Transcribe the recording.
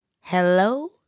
Hello